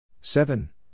seven